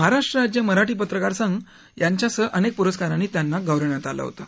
महाराष्ट्र राज्य मराठी पत्रकार संघ यांच्यासह अनक्कपुरस्कारांनी त्यांना गौरविण्यात आलं होतं